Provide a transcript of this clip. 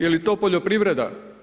Je li to poljoprivreda?